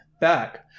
back